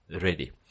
ready